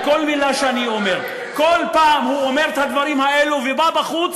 כל פעם הוא אומר את הדברים האלה, ובחוץ